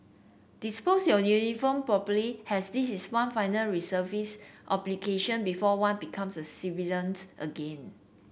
dispose your uniform properly as this is one final reservist obligation before one becomes a civilian again